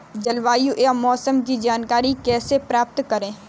जलवायु या मौसम की जानकारी कैसे प्राप्त करें?